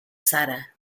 zara